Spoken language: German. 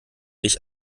ich